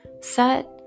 set